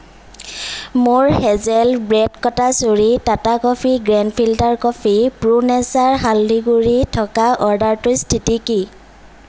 মোৰ hazel bread কটা চুৰী Tata coffee grand filter coffee pro nature হালধি গুড়ি থকা অৰ্ডাৰটোৰ স্থিতি কি